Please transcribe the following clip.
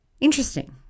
Interesting